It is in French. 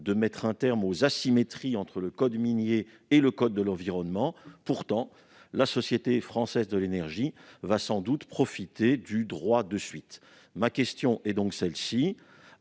de mettre un terme aux asymétries entre le code minier et le code de l'environnement. Pourtant, la société La Française de l'énergie va sans doute profiter du droit de suite. Ma question est donc la